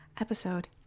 episode